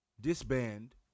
disband